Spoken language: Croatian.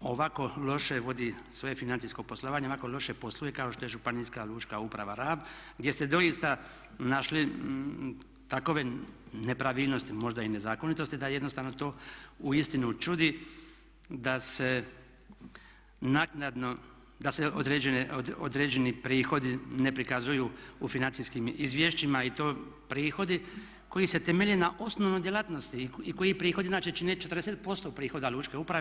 ovako loše vodi svoje financijsko poslovanje, ovako loše posluje kao što je Županijska lučka uprava Rab gdje se doista našli takve nepravilnosti možda i nezakonitosti da jednostavno to uistinu čudi da se naknadno, da se određeni prihodi ne prikazuju u financijskim izvješćima i to prihodi koji se temelje na osnovnoj djelatnosti i koji prihodi inače čine 40% prihoda lučke uprave.